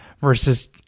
versus